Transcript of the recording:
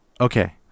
Okay